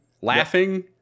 laughing